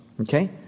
Okay